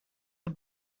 the